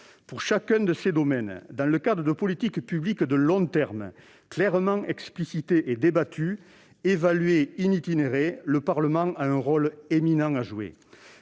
Dans chacun de ces domaines, et dans le cadre de politiques publiques de long terme, clairement explicitées et débattues, évaluées, le Parlement a un rôle éminent à jouer.